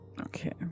Okay